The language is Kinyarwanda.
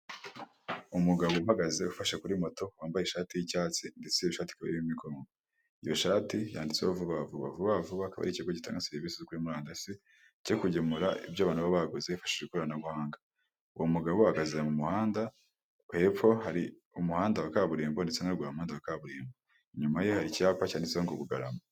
Umugabo uhagaze ufashe kuri moto wambaye ishati y'icyatsi ndetse iyo shati ikaba irimo akarongo, iyo shati yanditseho vuba vuba. Vuba vuba akaba ari ikigo gitanga serivisi kuri murandasi cyo kugemura ibyo abantu baba baguze bifashishije ikoranabuhanga uwo mugabo uhagaze mu muhanda, hepfo hari umuhanda wa kaburimbo ndetse umuhanda imodoka kaburimbo inyuma ye hari icyapa cyanditsetseho ngo Bugarama.